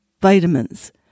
vitamins